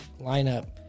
lineup